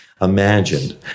imagined